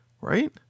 Right